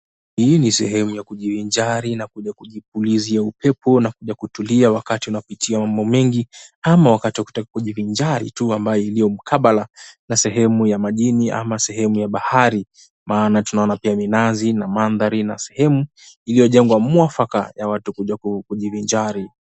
Hii ni sehemu ya kujivinjari na kuja kujipulizia upepo na kuja kutulia wakati unapitia mambo mengi ama wakati wa kutaka kujivinjari tu ambayo iliyo mkabala na sehemu ya majini ama sehemu ya bahari maana tunaona pia minazi na mandhari na sehemu iliyojengwa mwafaka ya watu kuja kujivinjari.